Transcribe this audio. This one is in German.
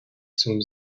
zum